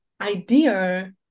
idea